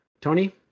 Tony